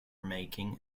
making